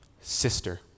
sister